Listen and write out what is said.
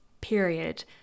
period